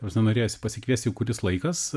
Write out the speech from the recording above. ta prasme norėjosi pasikviest jau kuris laikas